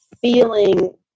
feeling